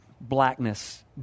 blackness